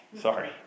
Sorry